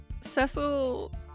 Cecil